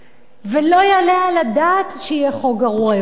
ולא יעלה על הדעת שיהיה חוק גרוע יותר.